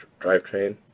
drivetrain